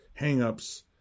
hangups